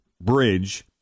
Bridge